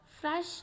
fresh